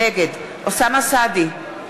נגד אוסאמה סעדי,